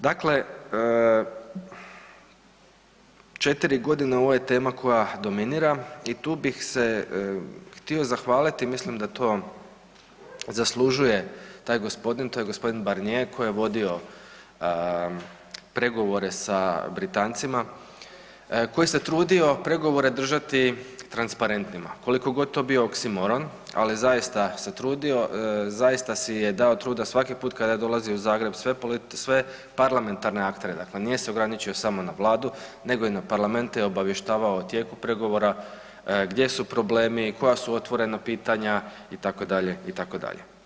Dakle, 4.g. ovo je tema koja dominira i tu bih se htio zahvaliti i mislim da to zaslužuje taj gospodin, to je g. Barnije koji je vodio pregovore sa Britancima, koji se trudio pregovore držati transparentnima, koliko god to bio oksimoron, ali zaista se trudio, zaista si je dao truda svaki put kada je dolazio u Zagreb, sve parlamentarne aktere, dakle nije se ograničio samo na vladu nego i na parlamente i obavještavao o tijeku pregovora, gdje su problemi, koja su otvorena pitanja itd. itd.